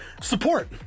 Support